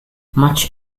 much